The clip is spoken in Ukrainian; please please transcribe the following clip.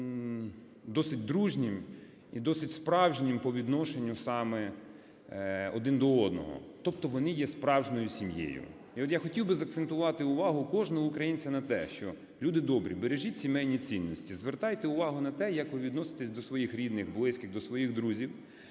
досить дружнім і досить справжнім по відношенню саме один до одного, тобто вони є справжньою сім'єю. І от я хотів би закцентувати увагу кожного українця на те, що, люди добрі, бережіть сімейні цінності, звертайте увагу на те, як ви відноситесь до своїх рідних, близьких, до своїх друзів.